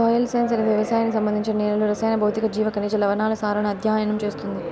soil science అనేది వ్యవసాయానికి సంబంధించి నేలల రసాయన, భౌతిక, జీవ, ఖనిజ, లవణాల సారాన్ని అధ్యయనం చేస్తుంది